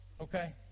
Okay